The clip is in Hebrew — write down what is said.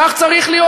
כך צריך להיות.